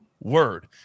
word